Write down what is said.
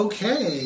Okay